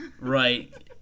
right